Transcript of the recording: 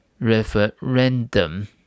referendum